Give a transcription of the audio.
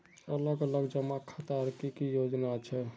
अलग अलग जमा खातार की की योजना छे?